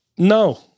No